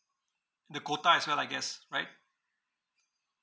the quota as well I guess right